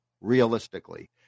realistically